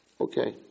Okay